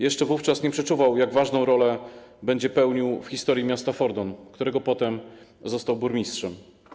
Jeszcze wówczas nie przeczuwał, jak ważną rolę będzie pełnił w historii miasta Fordon, którego potem został burmistrzem.